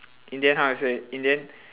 in the end how to say in the end